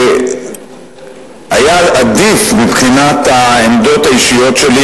שהיה עדיף מבחינת העמדות האישיות שלי,